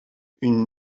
une